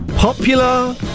Popular